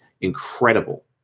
incredible